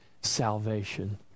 salvation